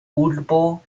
urbo